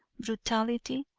brutality,